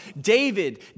David